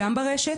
גם ברשת,